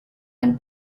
and